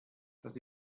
das